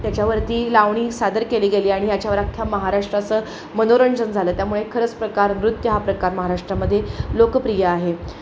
त्याच्यावरती लावणी सादर केली गेली आणि याच्यावर अख्ख्या महाराष्ट्राचं मनोरंजन झालं त्यामुळे खरंच प्रकार नृत्य हा प्रकार महाराष्ट्रामध्ये लोकप्रिय आहे